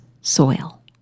soil